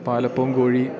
പാലപ്പോം കോഴി